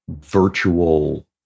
virtual